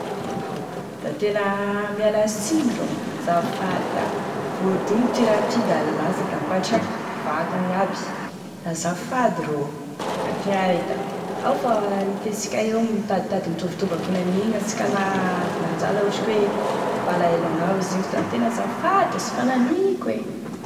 Da tena miala signy rô, zafady fa da tena voadogny ty raha ty da lasaky da nipatraky, vaky azafady rô da akognay da ao fa hitasika eo da mitady mitovitovy akonan'io asika na ankonan'izany la ohatry ka hoe mampalaelo anao izy io, da tena azfady sy fananiko e.